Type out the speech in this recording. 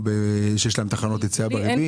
שיש להם תחנות יציאה בריבית?